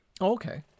Okay